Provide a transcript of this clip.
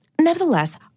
Nevertheless